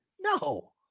No